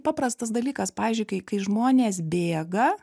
paprastas dalykas pavyzdžiui kai kai žmonės bėga